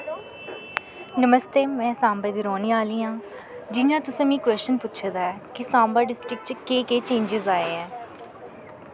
नमस्ते में सांबे दी रौह्ने आह्ली आं जियां तुसें मिगी कोशन पुच्छे दा ऐ कि सांबा डिस्टिक च केह् केह् चेंजिस आए ऐं